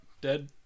Dead